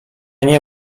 nie